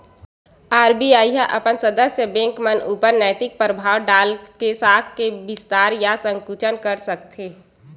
RBI ह अपन सदस्य बेंक मन ऊपर नैतिक परभाव डाल के साख के बिस्तार या संकुचन कर सकथे